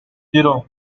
zero